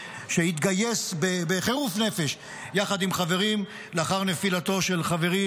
שהתגייס בחירוף נפש יחד עם חברים לאחר נפילתו של חברי,